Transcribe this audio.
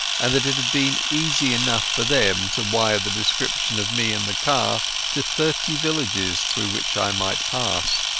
and that it had been easy enough for them to wire the description of me and the car to thirty villages through which i might pass.